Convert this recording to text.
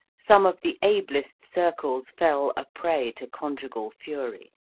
some of the ablest circles fell a prey to conjugal fury.